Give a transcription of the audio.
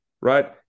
right